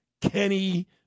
Kenny